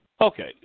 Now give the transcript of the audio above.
Okay